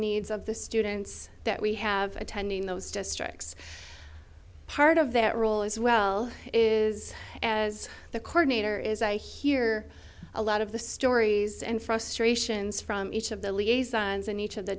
needs of the students that we have attending those districts part of their role as well is as the corner is i hear a lot of the stories and frustrations from each of the liaisons in each of the